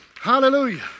Hallelujah